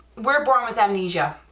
we're born with amnesia,